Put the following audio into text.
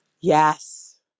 Yes